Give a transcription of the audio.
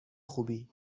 خوبی